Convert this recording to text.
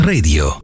Radio